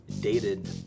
dated